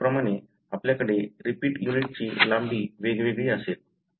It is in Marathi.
तर त्याचप्रमाणे आपल्याकडे रिपीट युनिटची लांबी वेगवेगळी असेल